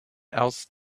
else